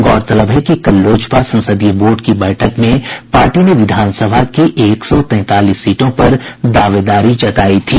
गौरतलब है कि कल लोजपा संसदीय बोर्ड की बैठक में पार्टी ने विधान सभा की एक सौ तैंतालीस सीटों पर दावेदारी जतायी थी